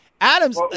Adams